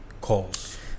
calls